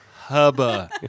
hubba